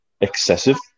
excessive